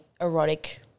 erotic